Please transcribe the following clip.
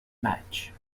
match